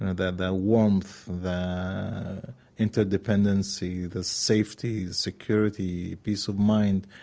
and the the warmth, the interdependency, the safety, security, peace of mind,